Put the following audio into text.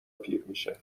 پیرمیشه